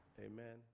amen